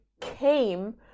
came